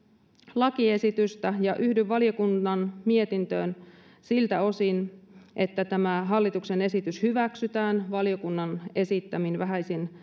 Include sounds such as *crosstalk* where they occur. lakiesitystä ja yhdyn valiokunnan mietintöön siltä osin että tämä hallituksen esitys hyväksytään valiokunnan esittämin vähäisin *unintelligible*